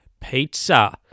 pizza